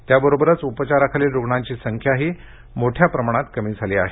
त्याबरोबरच उपचाराखालील रुग्णाची संख्याही मोठ्या प्रमाणात कमी झाली आहे